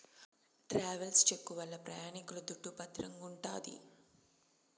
travels cheque వల్ల ప్రయాణికుల దుడ్డు భద్రంగుంటాది